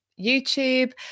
YouTube